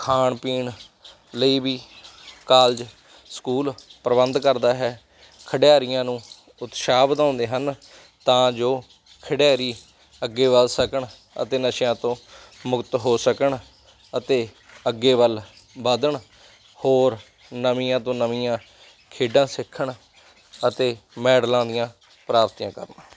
ਖਾਣ ਪੀਣ ਲਈ ਵੀ ਕਾਲਜ ਸਕੂਲ ਪ੍ਰਬੰਧ ਕਰਦਾ ਹੈ ਖਿਡਾਰੀਆਂ ਨੂੰ ਉਤਸ਼ਾਹ ਵਧਾਉਂਦੇ ਹਨ ਤਾਂ ਜੋ ਖਿਡਾਰੀ ਅੱਗੇ ਵਧ ਸਕਣ ਅਤੇ ਨਸ਼ਿਆਂ ਤੋਂ ਮੁਕਤ ਹੋ ਸਕਣ ਅਤੇ ਅੱਗੇ ਵੱਲ ਵਧਣ ਹੋਰ ਨਵੀਂਆਂ ਤੋਂ ਨਵੀਆਂ ਖੇਡਾਂ ਸਿੱਖਣ ਅਤੇ ਮੈਡਲਾਂ ਦੀਆਂ ਪ੍ਰਾਪਤੀਆਂ ਕਰਨ